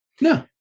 No